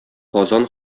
казан